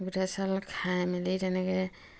গোটা চাউল খাই মেলি তেনেকৈ